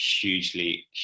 hugely